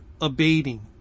abating